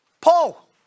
Paul